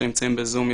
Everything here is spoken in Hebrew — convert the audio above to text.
שנמצאים בזום,